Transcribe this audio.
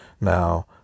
Now